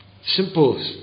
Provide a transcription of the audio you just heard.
Simple